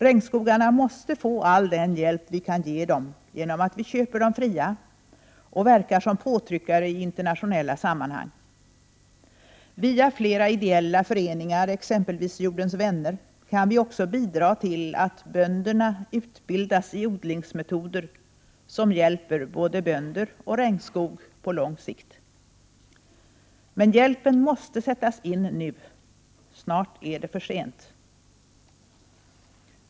Regnskogarna måste få all den hjälp vi kan ge dem genom att vi köper dem fria och verkar som påtryckare i internationella sammanhang. Via flera ideella föreningar, exempelvis Jordens vänner, kan vi också bidra till att bönderna utbildas i odlingsmetoder, vilket hjälper både bönder och regnskog på lång sikt. Men hjälpen måste sättas in nu. Snart är det för sent.